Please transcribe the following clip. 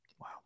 Wow